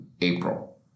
April